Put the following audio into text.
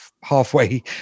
halfway